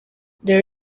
there